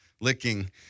licking